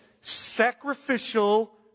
sacrificial